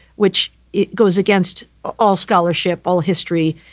which it goes against all scholarship, all history,